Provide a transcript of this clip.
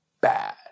bad